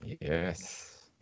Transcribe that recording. Yes